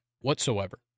whatsoever